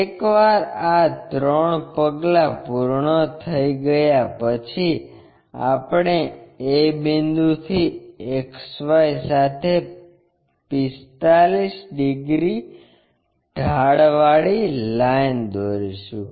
એકવાર આ ત્રણ પગલા પૂર્ણ થઈ ગયા પછી આપણે a બિંદુથી XY સાથે 45 ડિગ્રી ઢાળવાળી લાઈન દોરીશું